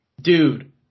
Dude